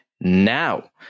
now